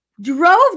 drove